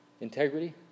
integrity